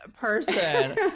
person